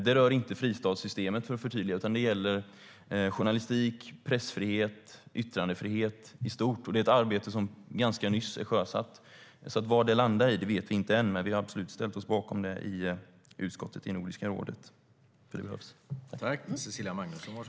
Det rör inte fristadssystemet, vill jag förtydliga, utan det gäller journalistik, pressfrihet och yttrandefrihet i stort. Det är ett arbete som ganska nyss är sjösatt, så vad det landar i vet vi inte än. Vi har dock absolut ställt oss bakom det i Nordiska rådets utskott, för det behövs.